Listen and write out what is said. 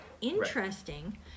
interesting